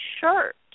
shirt